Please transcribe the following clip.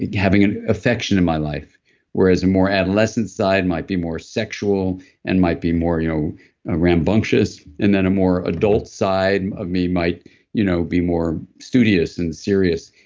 having ah affection in my life whereas a more adolescent side might be more sexual and might be more you know ah rambunctious, and then a more adult side of me might you know be more studious and serious.